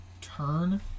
turn